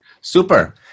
Super